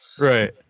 right